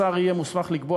השר יהיה מוסמך לקבוע,